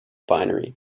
binary